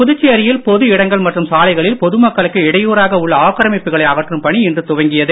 புதுச்சேரியில் பொது இடங்கள் மற்றும் சாலைகளில் பொதுமக்களுக்கு இடையூறாக உள்ள ஆக்கிரமிப்புகளை அகற்றும் பணி இன்று துவங்கியது